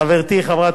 לחברתי חברת